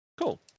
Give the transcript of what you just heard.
Cool